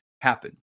happen